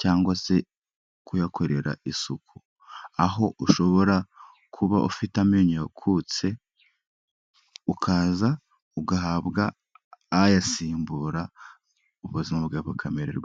cyangwa se kuyakorera isuku. Aho ushobora kuba ufite amenyo yakutse, ukaza ugahabwa ayasimbura ubuzima bwakamererwa neza.